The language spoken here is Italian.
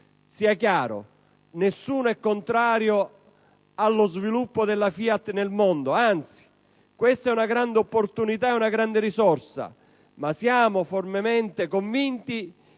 Sia chiaro, nessuno è contrario allo sviluppo della FIAT nel mondo, anzi. Questa è una grande opportunità e una grande risorsa, ma siamo fermamente convinti